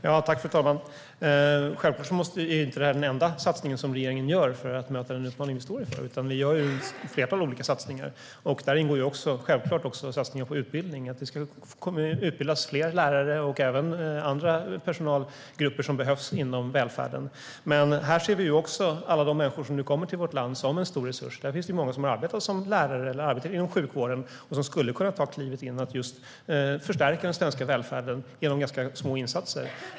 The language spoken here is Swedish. Fru talman! Självklart är inte det här den enda satsning som regeringen gör för att möta den utmaning vi står inför, utan vi gör ett flertal olika satsningar. Där ingår självklart också satsningen på utbildning. Det kommer att utbildas fler lärare och även andra personalgrupper som behövs inom välfärden. Här ser vi också alla de människor som nu kommer till vårt land som en stor resurs. Här finns ju många som har arbetat som lärare eller inom sjukvården och som skulle kunna ta klivet in och just förstärka den svenska välfärden genom ganska små insatser.